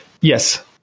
Yes